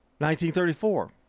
1934